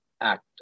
Act